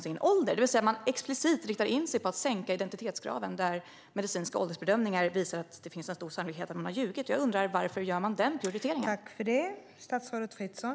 Man riktar alltså in sig explicit på att sänka identitetskraven när medicinska åldersbedömningar visar att de med stor sannolikhet har ljugit. Varför gör man den prioriteringen?